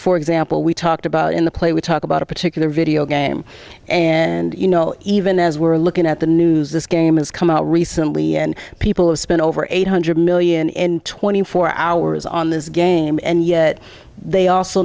for example we talked about in the play we talk about a particular video game and you know even as we're looking at the news this game is come out recently and people have spent over eight hundred million in twenty four hours on this game and yet they also